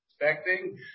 expecting